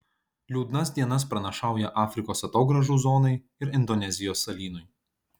liūdnas dienas pranašauja afrikos atogrąžų zonai ir indonezijos salynui